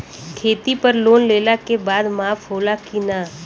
खेती पर लोन लेला के बाद माफ़ होला की ना?